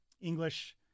English